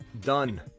done